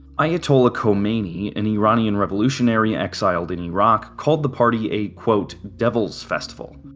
ayatollah khomeini, an iranian revolutionary exiled in iraq, called the party a devil's festival.